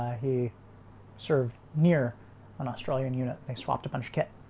he served near an australian unit. they swapped a bunch of kit